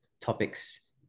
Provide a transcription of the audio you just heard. topics